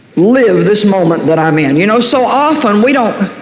live this moment that i'm in, you know, so often we don't,